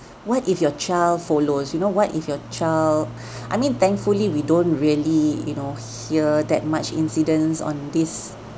what if your child follows you know what if your child I mean thankfully we don't really you know hear that much incidents on this